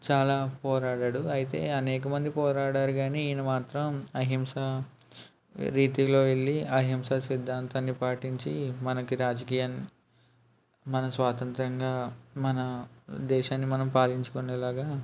చాలా పోరాడాడు అయితే అనేక మంది పోరాడారు కానీ ఈయన మాత్రం అహింస రీతిలో వెళ్ళి అహింస సిద్ధాంతాన్ని పాటించి మనకి రాజకీయా మన స్వతంత్రంగా మన దేశాన్ని మనం పాలించుకునేలాగ